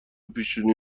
پیشونی